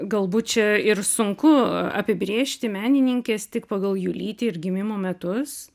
galbūt čia ir sunku apibrėžti menininkes tik pagal jų lytį ir gimimo metus